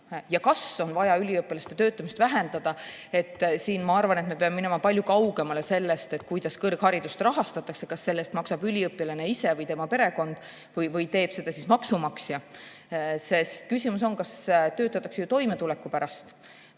ja kas on vaja üliõpilaste töötamist vähendada, peame minu arvates minema palju kaugemale sellest, kuidas kõrgharidust rahastatakse, kas selle eest maksab üliõpilane ise või tema perekond või teeb seda maksumaksja. Küsimus on, kas töötatakse toimetuleku pärast